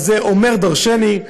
זה אומר דורשני,